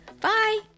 Bye